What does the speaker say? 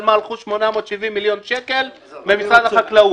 מה הלכו 870 מיליון שקל ממשרד החקלאות.